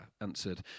answered